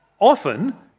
often